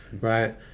right